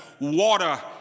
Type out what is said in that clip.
water